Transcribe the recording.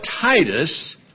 Titus